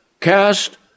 Cast